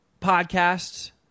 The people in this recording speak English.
podcasts